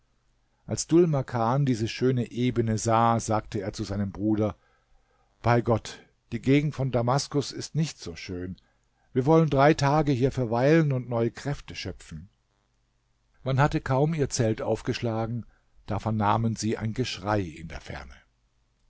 als dhul makan diese schöne ebene sah sagte er zu seinem bruder bei gott die gegend von damaskus ist nicht so schön wir wollen drei tage hier verweilen und neue kräfte schöpfen man hatte kaum ihr zelt aufgeschlagen da vernahmen sie ein geschrei in der ferne